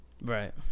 right